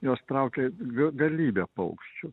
juos traukia galybė paukščių